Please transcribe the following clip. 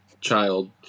child